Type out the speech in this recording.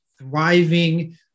thriving